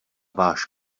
váš